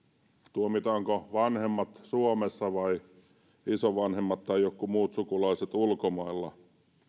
tuomitaanko vanhemmat suomessa vai isovanhemmat tai jotkut muut sukulaiset ulkomailla